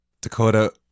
Dakota